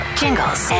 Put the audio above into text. jingles